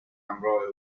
همراه